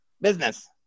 business